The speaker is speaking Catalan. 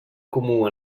comú